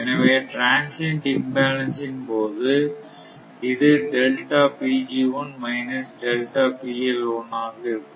எனவே transient imbalance ன் போது இது ஆக இருக்கும்